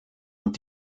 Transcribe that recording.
und